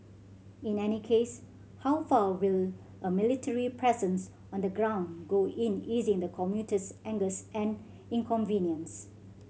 in any case how far will a military presence on the ground go in easing the commuter's angst and inconvenience